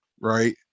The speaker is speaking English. right